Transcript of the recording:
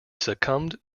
succumbed